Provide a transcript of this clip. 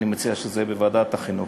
אני מציע שזה יהיה בוועדת החינוך.